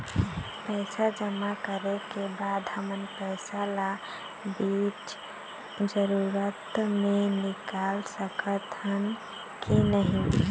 पैसा जमा करे के बाद हमन पैसा ला बीच जरूरत मे निकाल सकत हन की नहीं?